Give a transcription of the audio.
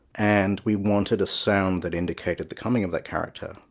and we wanted a sound that indicated the coming of that character.